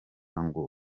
ngo